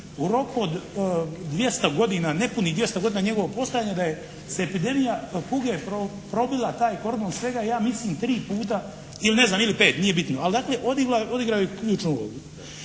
u roku od 200 godina, nepunih 200 godina njegovog postojanja da je epidemija kuge probila taj kordon svega ja mislim tri puta, ili pet, nije bitno. Ali dakle, odigrao je ključnu ulogu.